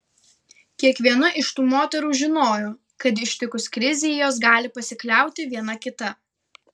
kiekviena iš tų moterų žinojo kad ištikus krizei jos gali pasikliauti viena kita